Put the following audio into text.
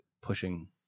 pushing